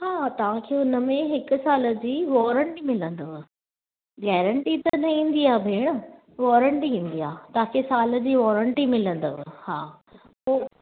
हा तव्हां खे उनमें हिक साल जी वॉरंटी मिलंदव गैरेंटी त न ईंदी आहे भेण वॉरंटी ईंदी आहे तव्हां खे साल जी वॉरंटी मिलंदव हा हो